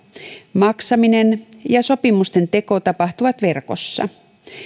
maksaminen ja sopimusten teko tapahtuvat verkossa